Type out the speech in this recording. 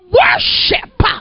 worship